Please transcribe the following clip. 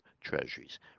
treasuries